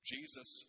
Jesus